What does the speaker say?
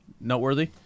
noteworthy